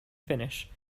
finnish